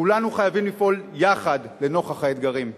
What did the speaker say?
כולנו חייבים לפעול יחד לנוכח האתגרים.